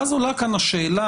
ואז עולה כאן השאלה,